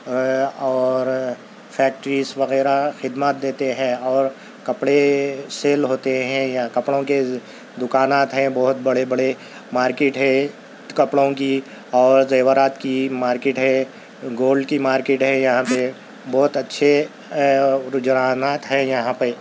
اور فیکٹریس وغیرہ خدمات دیتے ہیں اور کپڑے سیل ہوتے ہیں یہاں کپڑوں کے دکانات ہیں بہت بڑے بڑے مارکیٹ ہے کپڑوں کی اور زیورات کی مارکیٹ ہے گولڈ کی مارکیٹ ہے یہاں پہ بہت اچھے رجیحانات ہیں یہاں پہ